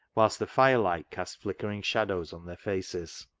whilst the fire light cast flickering shadows on their faces.